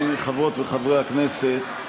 חברות וחברי הכנסת,